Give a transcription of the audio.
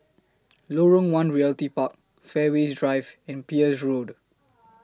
Lorong one Realty Park Fairways Drive and Peirce Road